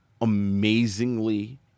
amazingly